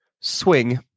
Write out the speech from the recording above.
swing